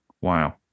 Wow